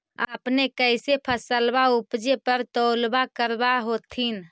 अपने कैसे फसलबा उपजे पर तौलबा करबा होत्थिन?